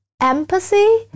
empathy